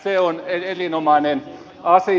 se on erinomainen asia